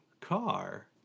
car